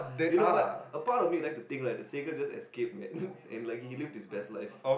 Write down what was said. you know what a part of me like to think right that Sega just escape and like he lived his best life